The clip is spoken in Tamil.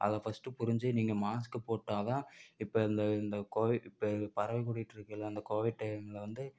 அதை ஃபஸ்ட்டு புரிந்து நீங்கள் மாஸ்க்கு போட்டால்தான் இப்போ இந்த இந்த கோவிட் இப்போ பரவி கூடிட்டு இருக்கையில இந்த கோவிட் டைம்ல வந்து